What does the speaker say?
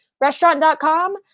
Restaurant.com